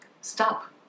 stop